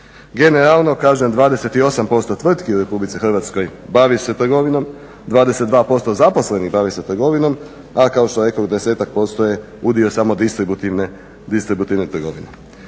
Generalno kažem 28% tvrtki u Republici Hrvatskoj bavi se trgovinom, 22% zaposlenih bavi se trgovinom, a kao što rekoh desetak posto je udio samo distributivne trgovine.